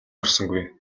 орсонгүй